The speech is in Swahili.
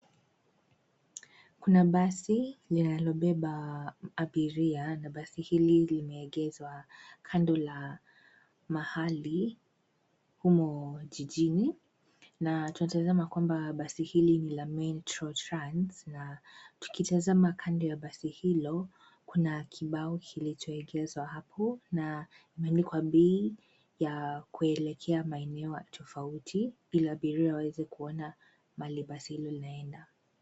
Kuna basi linalobeba abiria na basi hili limeegezwa kando la mahali humu jijini na tunatazama kwamba basi hili ni la Metro Trans na tukitazama kando ya basi hilo kuna kibao kilichoekezwa hapo na imeandikwa bei ya kuelekea maeneo tofauti ili abiria waweze kuona mahali basi linaenda.